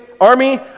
army